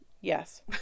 Yes